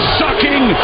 sucking